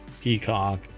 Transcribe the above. Peacock